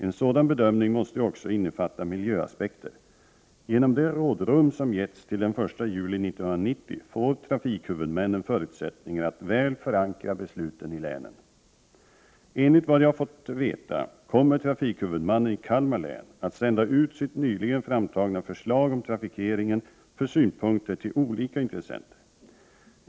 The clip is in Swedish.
En sådan bedömning måste också innefatta miljöaspekter. Genom det rådrum som getts till den 1 juli 1990 får trafikhuvudmännen förutsättningar att väl förankra besluten i länen. Enligt vad jag fått veta kommer trafikhuvudmannen i Kalmar län att sända ut sitt nyligen framtagna förslag om trafikeringen för synpunkter till olika intressenter.